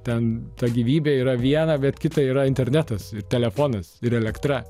ten ta gyvybė yra viena bet kita yra internetas ir telefonas ir elektra